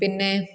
പിന്നെ